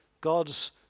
God's